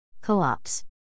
Co-ops